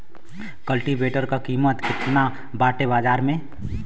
कल्टी वेटर क कीमत केतना बाटे बाजार में?